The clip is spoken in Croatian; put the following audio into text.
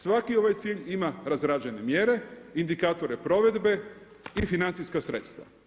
Svaki ovaj cilj ima razrađene mjere, indikatore provedbe i financijska sredstva.